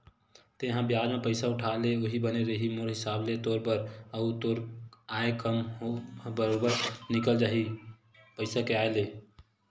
तेंहा बियाज म पइसा उठा ले उहीं बने रइही मोर हिसाब ले तोर बर, अउ तोर आय काम ह बरोबर निकल घलो जाही पइसा के आय ले